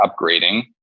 upgrading